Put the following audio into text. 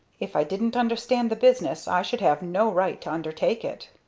if i didn't understand the business i should have no right to undertake it.